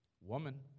Woman